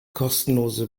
kostenlose